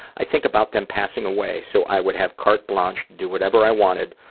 i think about them passing away so i would have carte blanche, do whatever i wanted,